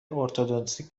ارتدنسی